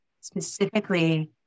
specifically